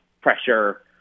pressure